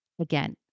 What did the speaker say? again